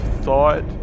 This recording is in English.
thought